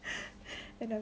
and then